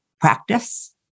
practice